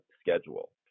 schedule